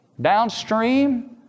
downstream